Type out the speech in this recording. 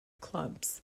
clubs